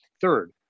Third